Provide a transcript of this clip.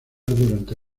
durante